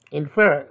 infer